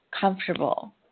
comfortable